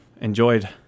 enjoyed